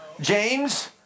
James